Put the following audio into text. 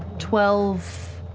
twelve